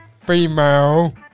female